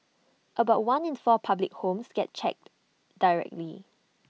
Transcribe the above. about one in four public homes gets checked directly